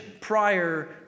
prior